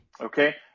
Okay